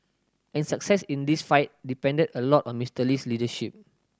and success in this fight depended a lot on Mister Lee's leadership